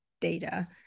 data